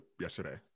yesterday